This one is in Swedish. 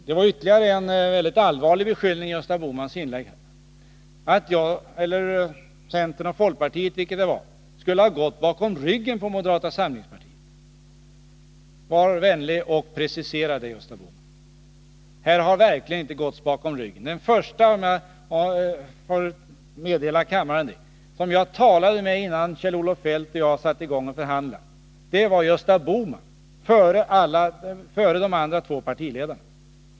Det var ytterligare en allvarlig beskyllning i Gösta Bohmans inlägg — att centern eller folkpartiet, vilket det nu var, skulle ha gått bakom ryggen på moderata samlingspartiet. Var vänlig precisera det, Gösta Bohman! Här har verkligen ingen gått bakom ryggen på någon. Jag vill meddela kammarsn att den förste som jag talade med innan Kjell-Olof Feldt och jag började förhandla var Gösta Bohman. Jag talade med honom innan jag talade med de andra två partiledarna.